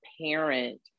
parent